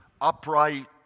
upright